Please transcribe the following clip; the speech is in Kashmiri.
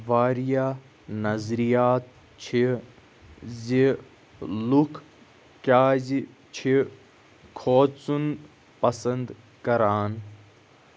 واریاہ نظریات چھِ زِ لُکھ کیٛازِ چھِ کھۄژُن پَسنٛد کران